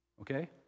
Okay